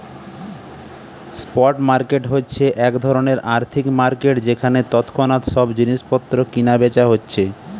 spot market হচ্ছে এক ধরণের আর্থিক মার্কেট যেখানে তৎক্ষণাৎ সব জিনিস পত্র কিনা বেচা হচ্ছে